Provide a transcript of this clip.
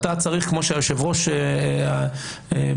כמו שהיושב-ראש אמר,